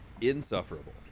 insufferable